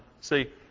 See